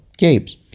Gabe's